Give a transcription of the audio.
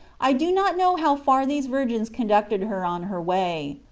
i do not know how far these virgins conducted her on her way.